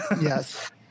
Yes